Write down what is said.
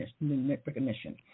recognition